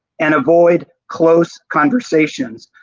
and avoid close conversations.